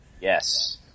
Yes